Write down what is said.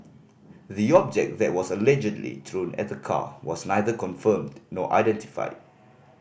the object that was allegedly thrown at the car was neither confirmed nor identified